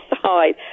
side